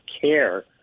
care